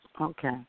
Okay